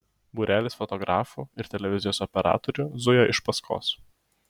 būrelis fotografų ir televizijos operatorių zuja iš paskos